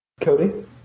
Cody